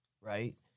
Right